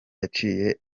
yaciye